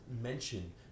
mention